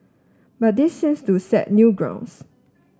but this seems to set new grounds